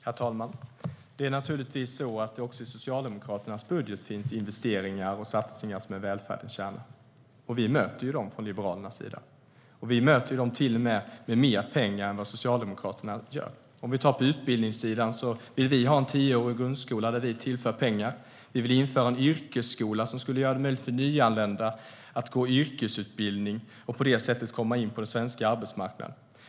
Herr talman! Det är naturligtvis så att det också i Socialdemokraternas budget finns investeringar och satsningar på välfärdens kärna. Vi möter dem från Liberalernas sida. Vi möter dem med till och med mer pengar än vad Socialdemokraterna gör. Om vi tar utbildningssidan vill vi ha en tioårig grundskola där vi tillför pengar. Vi vill införa en yrkesskola som skulle göra det möjligt för nyanlända att gå i yrkesutbildning och på det sättet komma in på den svenska arbetsmarknaden.